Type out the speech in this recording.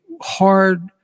Hard